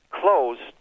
closed